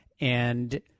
and-